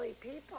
people